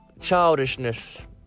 childishness